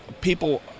people